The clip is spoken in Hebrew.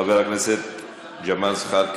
חבר הכנסת ג'מאל זחאלקה,